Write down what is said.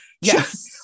yes